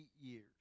years